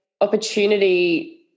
opportunity